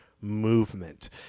movement